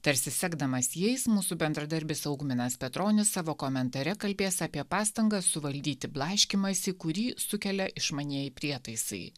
tarsi sekdamas jais mūsų bendradarbis augminas petronis savo komentare kalbės apie pastangas suvaldyti blaškymąsi kurį sukelia išmanieji prietaisai